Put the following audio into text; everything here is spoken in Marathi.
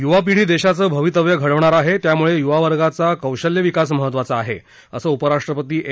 युवा पिढी देशाचं भवितव्य घडवणार आहे त्यामुळे युवा वर्गाचा कौशल्य विकास महत्वाचा आहे असं उपराष्ट्रपती एम